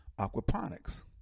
aquaponics